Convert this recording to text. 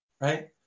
right